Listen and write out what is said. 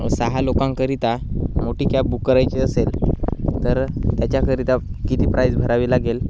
सहा लोकांकरिता मोठी कॅब बुक करायची असेल तर त्याच्याकरिता किती प्राईज भरावी लागेल